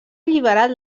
alliberat